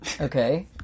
Okay